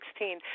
2016